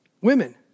Women